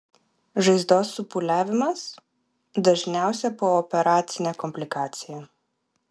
žaizdos supūliavimas dažniausia pooperacinė komplikacija